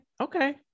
Okay